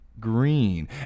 Green